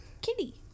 kitty